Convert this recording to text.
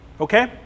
Okay